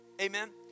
Amen